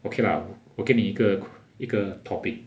okay lah 我给你一个一个 topic